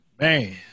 man